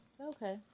Okay